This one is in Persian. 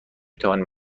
توانم